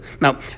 now